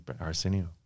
Arsenio